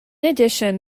addition